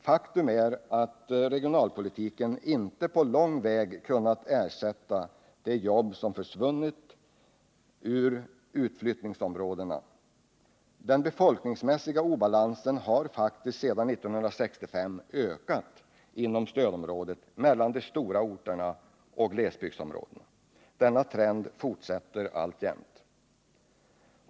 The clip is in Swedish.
Faktum är att regionalpolitiken inte på lång väg kunnat ersätta de jobb som försvunnit från utflyttningsområdena. Den befolkningsmässiga obalansen har faktiskt sedan 1965 ökat inom stödområdet mellan de stora orterna och glesbygdsområdena. Denna trend fortsätter alltjämt.